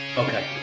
Okay